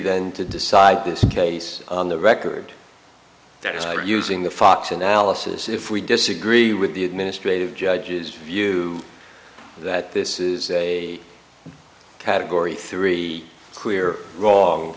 then to decide this case on the record that are using the fox analysis if we disagree with the administrative judge's view that this is a category three clear wrong